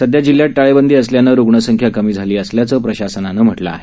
सध्या जिल्ह्यात टाळेबंदी असल्याम्ळे रुग्ण संख्या कमी झाली असल्याचे प्रशासनाने सांगितले आहे